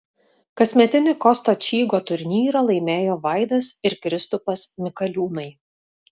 kasmetinį kosto čygo turnyrą laimėjo vaidas ir kristupas mikaliūnai